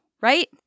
right